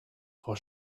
vor